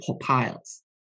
piles